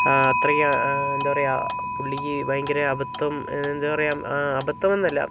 അത്രയ്ക്ക് എന്താ പറയുക പുള്ളിക്ക് ഭയങ്കര അബദ്ധം എന്താ പറയുക അബദ്ധം എന്നല്ല